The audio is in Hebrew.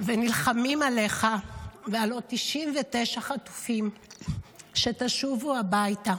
ונלחמים עליך ועל עוד 99 חטופים שתשובו הביתה.